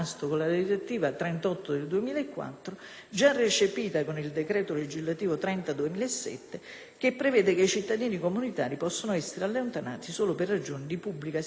che prevede che i cittadini comunitari possono essere allontanati solo per ragioni di pubblica sicurezza e di pericolosità sociale e per i minori in circostanze eccezionali. Non è una norma singola,